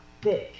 big